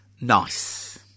nice